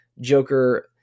Joker